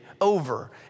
over